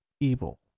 evil